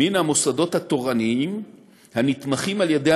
מן המוסדות התורניים הנתמכים על-ידי